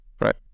right